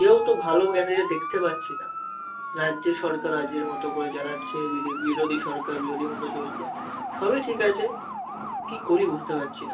কেউ তো ভালো ক্যান্ডিডেট দেখতে পারছি না রাজ্য সরকার রাজ্যের মতো করে চালাচ্ছে বিদে বিরোধী সরকার বিরোধীর মতো চলছে সবই ঠিক আছে কী করি বুঝতে পারছি না